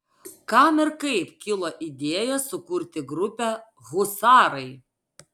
kam ir kaip kilo idėja sukurti grupę husarai